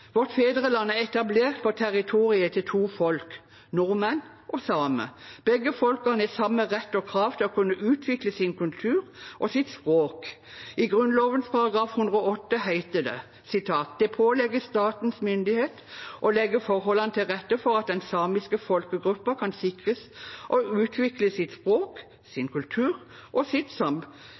Vårt fedreland er etablert på territoriet til to folk: nordmenn og samer. Begge folk har samme rett til og krav på å kunne utvikle sin kultur og sitt språk. I Grunnloven § 108 heter det: «Det påligger statens myndigheter å legge forholdene til rette for at den samiske folkegruppe kan sikre og utvikle sitt språk, sin kultur og sitt